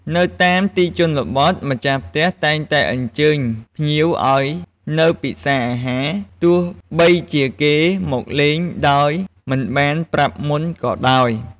នៅតាមទីជនបទ ម្ចាស់ផ្ទះតែងតែអញ្ជើញភ្ញៀវឱ្យនៅពិសាអាហារ ទោះបីជាគេមកលេងដោយមិនបានប្រាប់មុនក៏ដោយ។